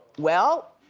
well.